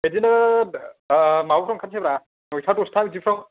इदिनो माबाफ्राव ओंखारसै ब्रा नयथा दसथा बिदिफ्राव